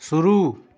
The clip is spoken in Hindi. शुरु